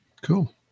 cool